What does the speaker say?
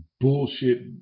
bullshit